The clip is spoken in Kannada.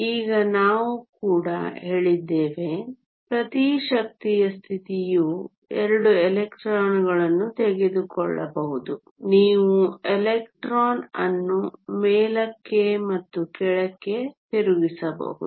ಈಗ ನಾವು ಕೂಡ ಹೇಳಿದ್ದೇವೆ ಪ್ರತಿ ಶಕ್ತಿಯ ಸ್ಥಿತಿಯು 2 ಎಲೆಕ್ಟ್ರಾನ್ಗಳನ್ನು ತೆಗೆದುಕೊಳ್ಳಬಹುದು ನೀವು ಎಲೆಕ್ಟ್ರಾನ್ ಅನ್ನು ಮೇಲಕ್ಕೆ ಮತ್ತು ಕೆಳಕ್ಕೆ ತಿರುಗಿಸಬಹುದು